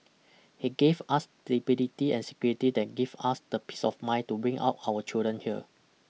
he gave us stability and security that give us the peace of mind to bring up our children here